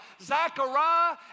Zachariah